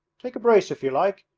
take a brace if you like!